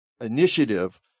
initiative